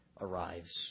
arrives